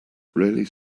raleigh